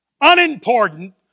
unimportant